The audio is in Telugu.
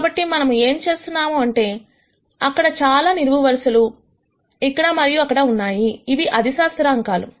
కాబట్టి మనము ఏం చేస్తున్నాము అంటే అక్కడ చాలా నిలువు వరుసలు ఇక్కడ మరియు అక్కడ ఉన్నాయి ఇవి అదిశా స్థిరాంకాలు